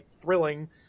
thrilling